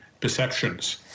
perceptions